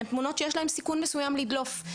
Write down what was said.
הן תמונות שיש להן סיכון מסוים לדלוף,